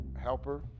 helper